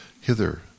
hither